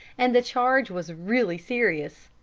and the charge was really serious.